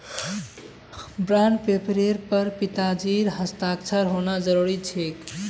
bond पेपरेर पर पिताजीर हस्ताक्षर होना जरूरी छेक